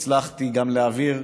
הצלחתי גם להעביר,